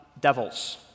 devils